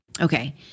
Okay